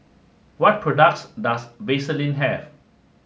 what products does Vaselin have